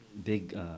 big